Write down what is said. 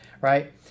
right